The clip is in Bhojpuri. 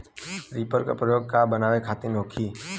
रिपर का प्रयोग का बनावे खातिन होखि?